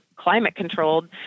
climate-controlled